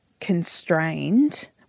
constrained